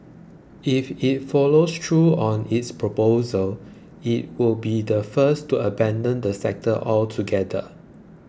if it follows through on its proposal it would be the first to abandon the sector altogether